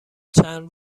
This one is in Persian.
چند